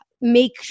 make